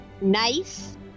Nice